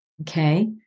Okay